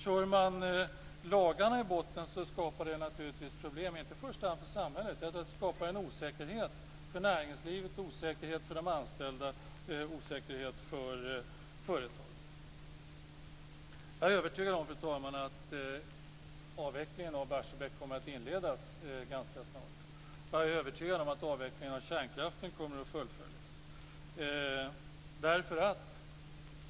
Kör man lagarna i botten skapar detta problem, inte i första hand för samhället utan det skapar en osäkerhet för näringslivet, för de anställda och för företagen. Fru talman! Jag är övertygad om att avvecklingen av Barsebäck kommer att inledas ganska snart. Jag är övertygad om att avvecklingen av kärnkraften kommer att fullföljas.